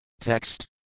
TEXT